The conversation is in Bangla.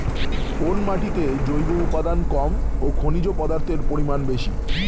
কোন মাটিতে জৈব উপাদান কম ও খনিজ পদার্থের পরিমাণ বেশি?